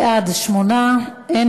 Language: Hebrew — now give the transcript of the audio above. ההצעה להעביר את הנושא לוועדת העבודה,